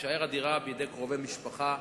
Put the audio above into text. שבו הדירה תישאר בידי קרובי משפחה.